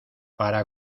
para